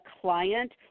client